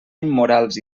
immorals